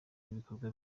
n’ibikorwa